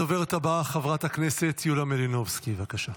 הדוברת הבאה, חברת הכנסת יוליה מלינובסקי, בבקשה.